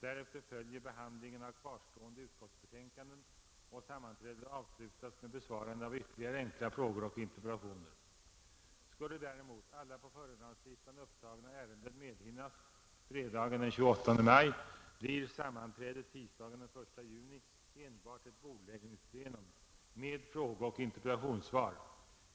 Därefter följer behandling av kvarstående utskottsbetänkanden, och sammanträdet avslutas med besvarande av ytterligare enkla frågor och interpellationer. Skulle däremot alla på föredragningslistan upptagna ärenden medhinnas fredagen den 28 maj blir sammanträdet tisdagen den 1 juni enbart ett bordläggningsplenum med frågeoch interpellationssvar.